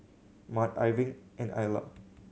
Mart Irving and Ila